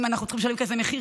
אם אנחנו צריכים לשלם כזה מחיר,